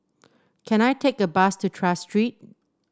can I take a bus to Tras Street